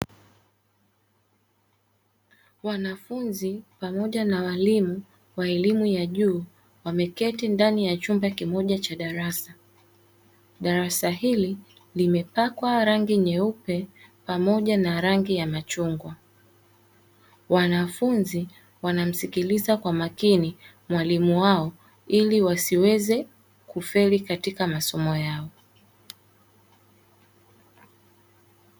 Wanafunzi pamoja na walimu wa elimu ya juu wameketi ndani ya chumba kimoja cha darasa, darasa hili limepakwa rangi nyeupe pamoja na rangi ya machungwa, wanafunzi wanamsikiliza kwa makini mwalimu wao ili wasiweze kufeli katika masomo yao.